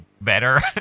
better